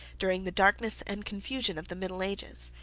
during the darkness and confusion of the middle ages.